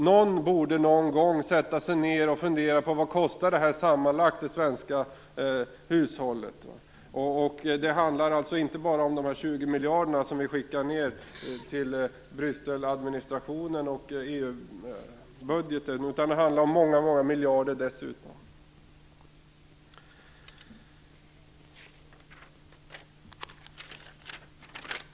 Någon borde någon gång sätta sig ned och fundera på vad det här sammanlagt kostar de svenska hushållen. Det handlar alltså inte bara om de 20 miljarder som vi skickar ned till Brysseladministrationen och EU-budgeten, utan det handlar om många miljarder dessutom.